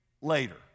later